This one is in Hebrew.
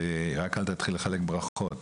רק אל תתחיל לחלק ברכות.